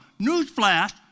Newsflash